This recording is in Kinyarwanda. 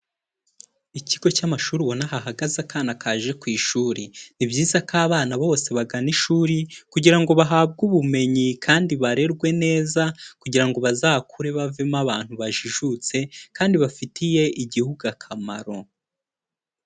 Ikigo cy'amashuri ubona hahagaze akana kaje ku ishuri, ni byiza ko abana bose bagana ishuri ,kugira ngo bahabwe ubumenyi kandi barerwe neza, kugirango ngo bazakure bavemo abantu bajijutse, kandi bafitiye igihugu akamaro.